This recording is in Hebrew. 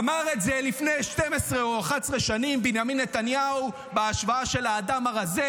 אמר את זה לפני 12 או 11 שנים בנימין נתניהו בהשוואה של האדם הרזה